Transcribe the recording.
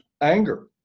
anger